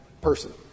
person